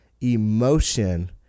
emotion